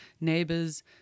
neighbors